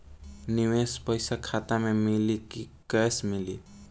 निवेश पइसा खाता में मिली कि कैश मिली?